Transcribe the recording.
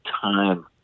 time